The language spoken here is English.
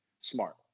smart